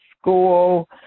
school